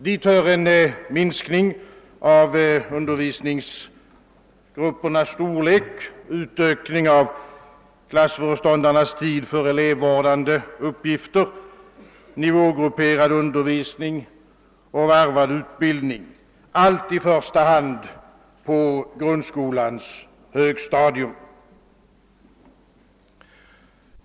Dit hör en minskning av undervisningsgruppernas storlek, en utökning av klassföreståndarnas tid för elevvårdande uppgifter, nivågrupperad undervisning och varvad utbildning, allt i första hand på grundskolans högstadium.